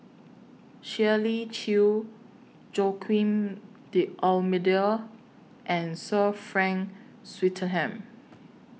Shirley Chew Joaquim D'almeida and Sir Frank Swettenham